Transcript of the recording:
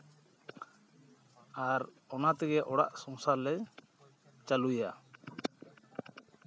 ᱟᱨ ᱚᱱᱟ ᱛᱮᱜᱮ ᱚᱲᱟᱜ ᱥᱚᱝᱨᱟ ᱞᱮ ᱪᱟᱹᱞᱩᱭᱟ